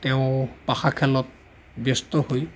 তেওঁ পাশাখেলত ব্যস্ত হৈ